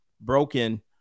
broken